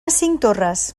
cinctorres